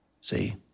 see